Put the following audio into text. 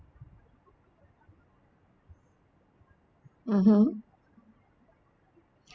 mmhmm